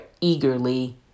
eagerly